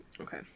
Okay